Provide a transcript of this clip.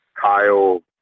Kyle